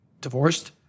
divorced